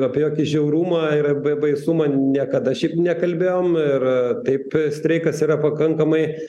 apie jokį žiaurumą ir ba baisumą niekada šiaip nekalbėjom ir taip streikas yra pakankamai